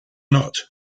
not